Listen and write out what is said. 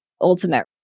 ultimate